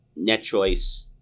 NetChoice